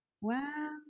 Wow